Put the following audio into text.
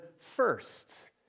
first